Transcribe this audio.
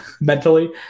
mentally